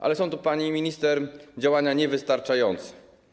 Ale są to, pani minister, działania niewystarczające.